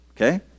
Okay